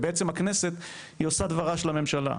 הכנסת בעצם עושה דברה של הממשלה.